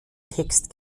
text